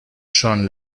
són